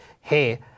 hey